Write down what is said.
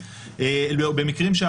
כמו שאמרתי,